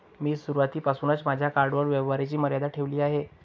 मी सुरुवातीपासूनच माझ्या कार्डवर व्यवहाराची मर्यादा ठेवली आहे